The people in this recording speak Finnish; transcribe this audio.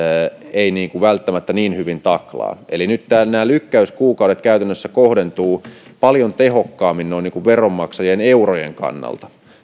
välttämättä niin hyvin taklaa eli nyt nämä lykkäyskuukaudet kohdentuvat käytännössä paljon tehokkaammin noin niin kuin veronmaksajien eurojen kannalta